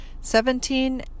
Seventeen